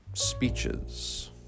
speeches